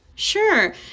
Sure